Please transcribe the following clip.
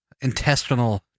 intestinal